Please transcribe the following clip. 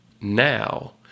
now